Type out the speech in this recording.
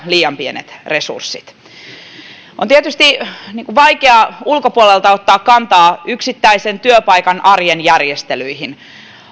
liian pienet resurssit tietyissä yksiköissä on tietysti vaikea ulkopuolelta ottaa kantaa yksittäisen työpaikan arjen järjestelyihin